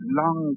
long